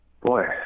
Boy